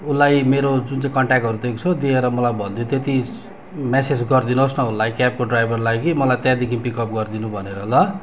उसलाई मेरो जुन चाहिँ कन्ट्याक्टहरू दिएको छु दिएर मलाई भनिदिए त्यति म्यासेज गरिदिनुहोस् न उसलाई क्याबको ड्राइभरलाई कि मलाई त्यहाँदेखि पिकअप गरिदिनु भनेर ल